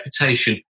reputation